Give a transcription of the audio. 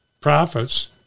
prophets